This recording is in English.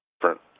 different